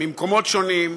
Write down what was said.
ממקומות שונים,